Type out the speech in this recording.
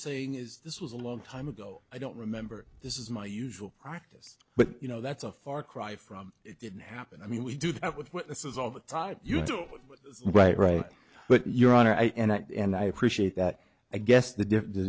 saying is this was a long time ago i don't remember this is my usual practice but you know that's a far cry from it didn't happen i mean we do that with this is all the time you do it right right but your honor and i appreciate that i guess the